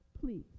Please